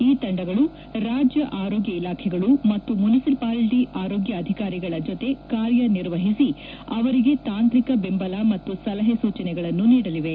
ಈ ತಂಡಗಳು ರಾಜ್ಯ ಆರೋಗ್ನ ಇಲಾಖೆಗಳು ಮತ್ತು ಮುನಿಸಿಪಾಲಿಟಿ ಆರೋಗ್ನ ಅಧಿಕಾರಿಗಳ ಜೊತೆ ಕಾರ್ಯ ನಿರ್ವಹಿಸಿ ಅವರಿಗೆ ತಾಂತ್ರಿಕ ಬೆಂಬಲ ಮತ್ತು ಸಲಹೆ ಸೂಚನೆಗಳನ್ನು ನೀಡಲಿವೆ